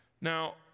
Now